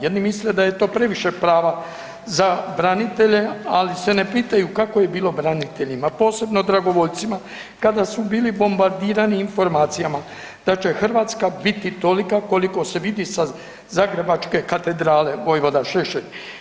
Jedni misle da je to previše prava za branitelje ali se ne pitaju kako je bilo braniteljima, posebno dragovoljcima kada su bili bombardirani informacijama da će Hrvatska biti toliko koliko se vidi sa zagrebačke katedrale, vojvoda Šešelj.